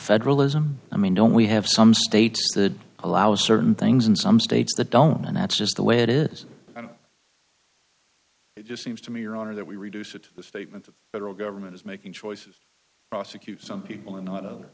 federalism i mean don't we have some states that allow certain things and some states that don't and that's just the way it is and it just seems to me your honor that we reduce it to the statement the federal government is making choices prosecute some people and not